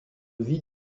vie